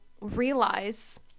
realize